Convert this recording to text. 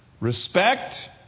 Respect